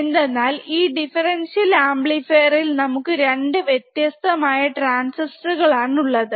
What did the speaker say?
എന്തെന്നാൽ ഈ differential amplifier ഇൽ നമുക്ക് 2 വ്യത്യസ്തമായ ട്രാൻസിസ്റ്റർ ആണ് ഉള്ളത്